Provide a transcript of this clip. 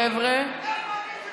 חבר'ה.